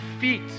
feet